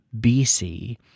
BC